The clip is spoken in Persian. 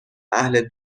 اهل